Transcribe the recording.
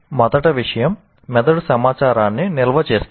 మొదటి విషయం మెదడు సమాచారాన్ని నిల్వ చేస్తుంది